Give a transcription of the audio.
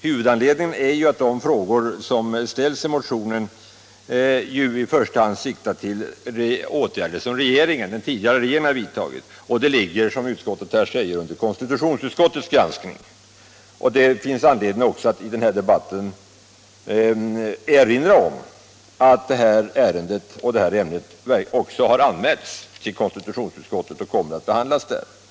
Huvudanledningen är ju att de frågor som ställs i motionen i första hand siktar till åtgärder som den tidigare regeringen har vidtagit. Det ligger, som utskottet säger, under konstitutionsutskottets granskning. Det finns också anledning att i den här debatten erinra om att det här ärendet också har anmälts till konstitutionsutskottet och kommer att behandlas där.